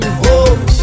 home